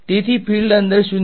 તેથી ફિલ્ડ અંદર શુન્ય છે